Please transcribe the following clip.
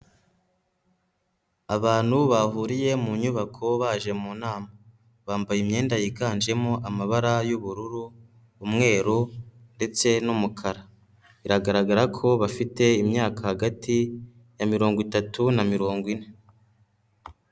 Abantu bahuriye mu nyubako baje mu nama, bambaye imyenda yiganjemo amabara y'ubururu, umweru ndetse n'umukara, biragaragara ko bafite imyaka hagati ya mirongo itatu na mirongo ine.